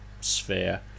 sphere